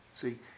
See